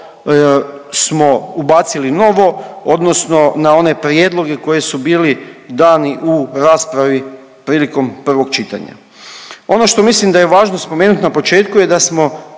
smo ubacili novo, odnosno na one prijedloge koji su bili dani u raspravi prilikom prvog čitanja. Ono što mislim da je važno spomenut na početku je da smo